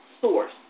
source